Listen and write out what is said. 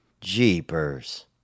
Jeepers